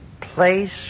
place